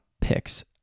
picks